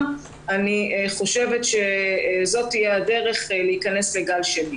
אני חושבת שזאת תהיה הדרך להיכנס לטיפול בגל שני.